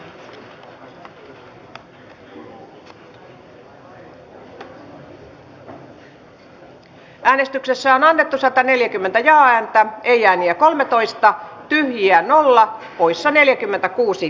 mats nylund on peter östmanin kannattamana ehdottanut että pykälä poistetaan